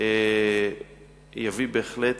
יביא בהחלט